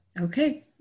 Okay